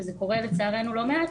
וזה קורה לצערנו לא מעט,